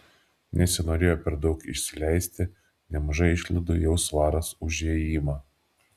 nesinorėjo per daug išsileisti nemažai išlaidų jau svaras už įėjimą